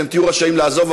אתם תהיו רשאים לעזוב,